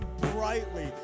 brightly